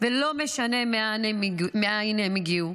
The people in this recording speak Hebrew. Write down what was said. ולא משנה מאין הם הגיעו.